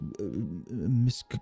Miss